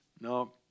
No